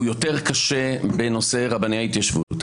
הוא יותר קשה בנושא רבני ההתיישבות.